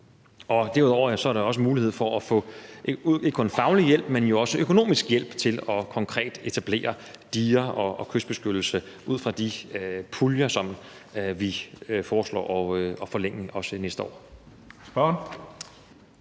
i. Derudover er der også mulighed for at få ikke kun faglig hjælp, men også økonomisk hjælp til konkret at etablere diger og kystbeskyttelse ud fra de puljer, som vi foreslår at forlænge også næste år.